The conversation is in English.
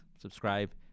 subscribe